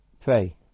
pray